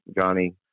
Johnny